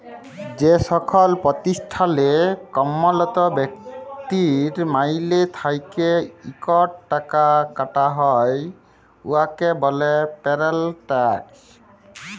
যেকল পতিষ্ঠালে কম্মরত ব্যক্তির মাইলে থ্যাইকে ইকট টাকা কাটা হ্যয় উয়াকে ব্যলে পেরল ট্যাক্স